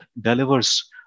delivers